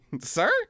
Sir